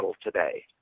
today